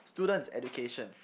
students education